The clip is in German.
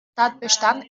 tatbestand